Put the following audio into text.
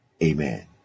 Amen